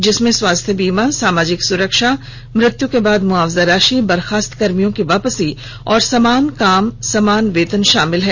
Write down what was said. जिसमें स्वास्थ्य बीमा सामाजिक सुरक्षा मृत्यू के बाद मुआवजा राशि बर्खास्त कर्मियों की वापसी और समान काम समान वेतन शामिल है